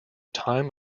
time